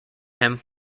him